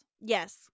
Yes